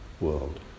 world